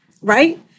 Right